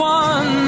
one